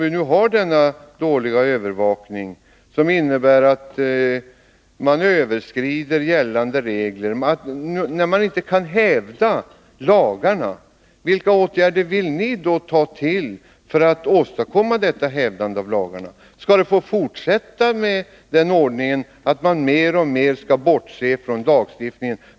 Nåväl, om övervakningen är dålig och detta leder till att trafikanterna överskrider gällande regler, när man med andra ord inte kan hävda lagarna, vilka åtgärder vill ni då ta till för att åstadkomma att lagarna respekteras? Skall den ordningen få fortsätta att man mer och mer bortser från lagstiftningen?